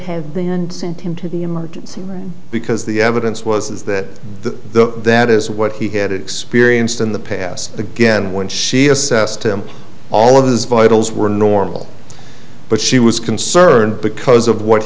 and sent him to the emergency room because the evidence was that the that is what he had experienced in the past again when she assessed him all of his vitals were normal but she was concerned because of what